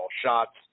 shots